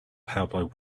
powered